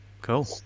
Cool